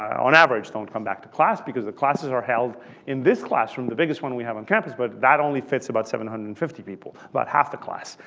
on average, don't come back to class because the classes are held in this classroom, the biggest one we have on campus. but that only fits about seven hundred and fifty people, about half the class.